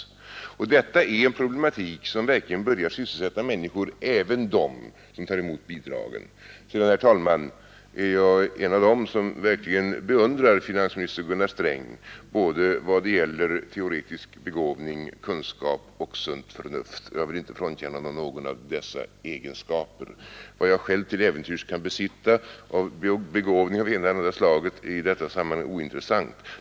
Detta är verkligen en problematik som börjar sysselsätta människor, även dem som tar emot bidragen. Så, herr talman, vill jag säga att jag är en av dem som verkligen beundrar finansminister Gunnar Sträng i vad gäller både teoretisk begåvning, kunskap och sunt förnuft. Jag vill inte frånkänna honom någon av dessa egenskaper. Vad jag själv till äventyrs kan besitta av begåvning av det ena eller andra slaget är i detta sammanhang ointressant.